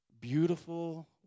beautiful